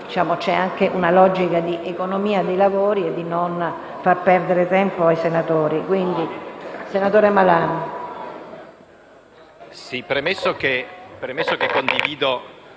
C'è anche una logica di economia dei lavori e di non far perdere tempo ai senatori.